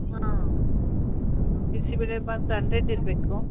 ಹಾಂ ಬಿಸಿ ಬೇಳೆ ಭಾತ್ ಹಂಡ್ರೆಡ್ ಇರಬೇಕು